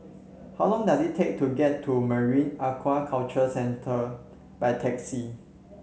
how long does it take to get to Marine Aquaculture Centre by taxi